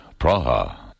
Praha